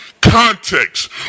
context